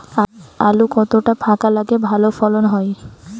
আলু কতটা ফাঁকা লাগে ভালো ফলন হয়?